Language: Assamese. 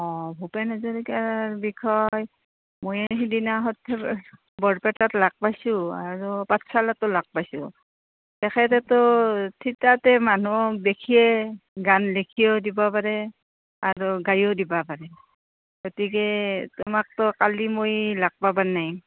অঁ ভূপেন হাজৰিকাৰ বিষয় মই সেইদিনা সৰ্থেবাৰীত বৰপেটাত লাগ পাইছোঁ আৰু পাঠশালাটো লাগ পাইছোঁ তেখেতেতো থিতাতে মানুহক দেখিয়ে গান লিখিও দিব পাৰে আৰু গায়ো দিবা পাৰে গতিকে তোমাকতো কালি মই লাগ পাবাৰ নাই